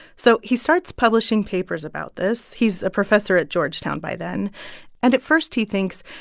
so he starts publishing papers about this he's a professor at georgetown by then and at first he thinks,